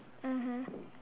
mmhmm